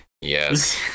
Yes